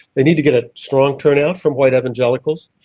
they need to get a strong turnout from white evangelicals.